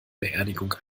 beerdigung